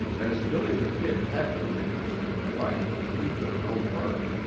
as billy the kid had no interest in the fight, he took no part,